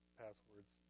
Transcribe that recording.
passwords